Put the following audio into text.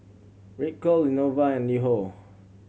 Ripcurl Lenovo and LiHo